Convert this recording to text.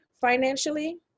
financially